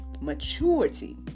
maturity